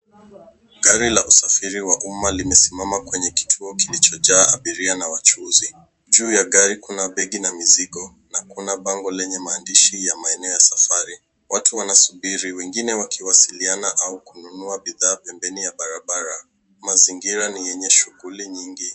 Gari la usafiri wa umma limesimama kwenye kituo kilichojaa abiria na wachuuzi. Juu ya gari kuna begi na mzigo na kuna bango lenye maandishi ya maeneo ya safari. Watu wanasubiri, wengine wakiwasiliana au kununua bidhaa pembeni ya barabara. Mazingira ni yenye shughuli nyingi.